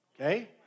okay